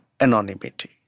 anonymity